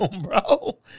bro